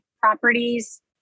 properties